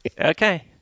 Okay